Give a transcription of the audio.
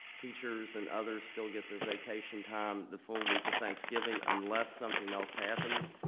teachers and others still get their vacation time the full week of thanksgiving unless something else happens.